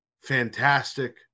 fantastic